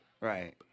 Right